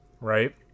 right